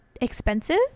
expensive